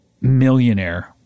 millionaire